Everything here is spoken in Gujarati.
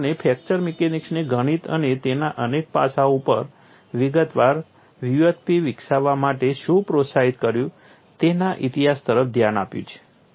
તેથી આપણે ફ્રેક્ચર મિકેનિક્સને ગણિત અને તેના અનેક પાસાઓ ઉપર વિગતવાર વ્યુત્પત્તિ વિકસાવવા માટે શું પ્રોત્સાહિત કર્યું તેના ઇતિહાસ તરફ ધ્યાન આપ્યું છે